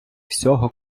всього